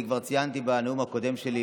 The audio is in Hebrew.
אני כבר ציינתי בנאום הקודם שלי